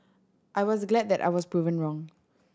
I was glad that I was proven wrong